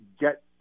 get